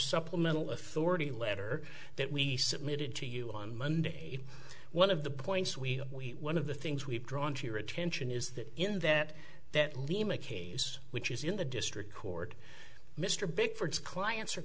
supplemental authority letter that we submitted to you on monday one of the points we we one of the things we've drawn to your attention is that in that that lima case which is in the district court mr big for its clients or